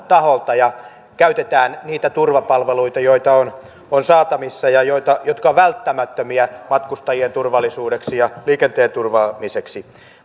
taholta ja käytetään niitä turvapalveluita joita on on saatavissa ja jotka ovat välttämättömiä matkustajien ja liikenteen turvaamiseksi